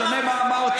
משנה מה אמרתי.